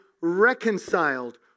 reconciled